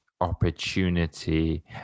opportunity